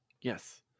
Yes